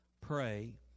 pray